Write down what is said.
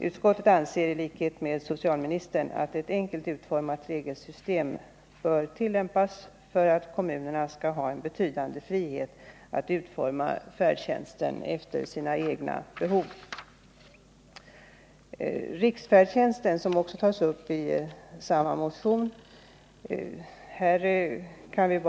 Utskottet anser i likhet med socialministern att ett enkelt utformat regelsystem bör tillämpas för att kommunerna skall ha en betydande frihet att utforma färdtjänsten efter sina egna lokala behov. Riksfärdtjänsten tas upp i samma motion.